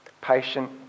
patient